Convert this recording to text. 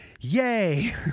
yay